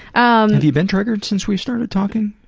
um have you been triggered since we've started talking?